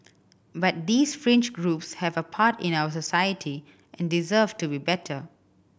but these fringe groups have a part in our society and deserve to be better